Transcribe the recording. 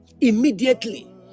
immediately